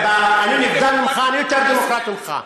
אני נבדל ממך, אני יותר דמוקרט ממך.